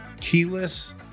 keyless